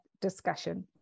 discussion